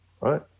right